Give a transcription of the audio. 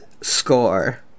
score